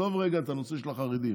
ועזוב רגע את הנושא של החרדים.